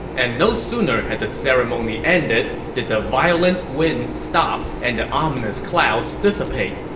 and no sooner had the ceremony ended did the violent winds stop and the ominous clouds dissipate,